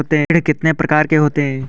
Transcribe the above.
ऋण कितनी प्रकार के होते हैं?